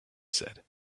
said